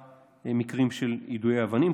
שבעה מקרים של יידויי אבנים,